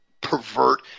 pervert